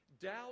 Doubt